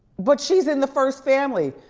but she's in the first family.